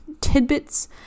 tidbits